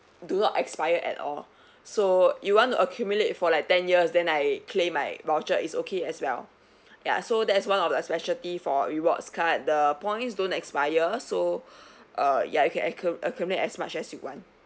do not expire at all so you want to accumulate for like ten years then like claim like voucher is okay as well ya so that is one of the specialty for rewards card the points don't expire so uh ya you can accu~ accumulate as much as you want